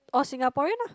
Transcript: all Singaporean lah